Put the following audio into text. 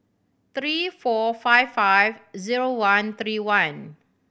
three four five five zero one three one